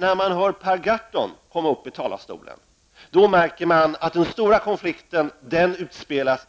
När man hör Per Gahrton från denna talarstol, då förstår man att den stora konflikten inte utspelas